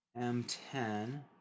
M10